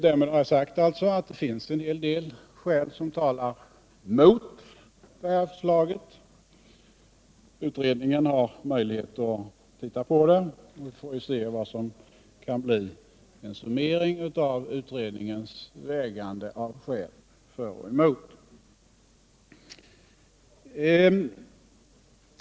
Därmed har jag alltså sagt att det finns en hel del skäl som talar emot förslaget. Utredningen har möjligheter att pröva dem och väga skälen för och emot; sedan får vi se vad som blir resultatet av denna avvägning.